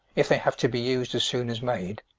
if they have to be used as soon as made.